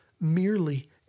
merely